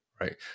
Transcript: right